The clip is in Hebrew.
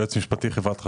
חברת החשמל.